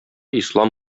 ислам